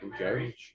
okay